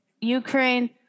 Ukraine